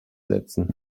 setzen